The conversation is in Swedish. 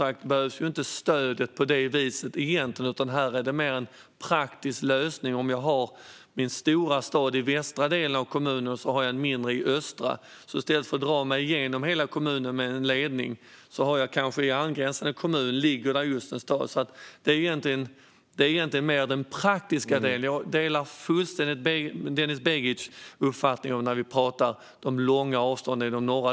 Då behövs ju egentligen inte stödet på samma vis, utan det är mer fråga om en praktisk lösning. Om man har sin stora stad i västra delen av kommunen och en mindre i östra kan man kanske, i stället för att dra sig igenom hela kommunen med en ledning, ansluta sig till nätet i en stad i en angränsande kommun. När det gäller de långa avstånden i de norra delarna av Sverige delar jag fullständigt Denis Begics uppfattning.